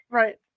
right